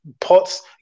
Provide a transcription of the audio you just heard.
Pots